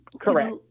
Correct